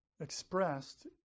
expressed